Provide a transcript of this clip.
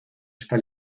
esta